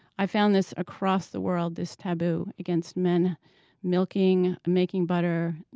i found this across the world, this taboo against men milking, making butter,